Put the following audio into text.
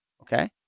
Okay